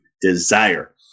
desire